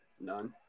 None